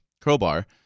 crowbar